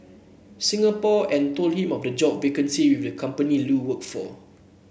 Singapore and told him of the job vacancy with the company Lu worked for